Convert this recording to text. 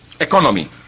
economy